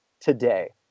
today